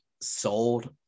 sold